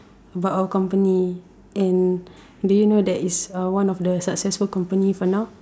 about our company and do you know that it's one of the successful company for now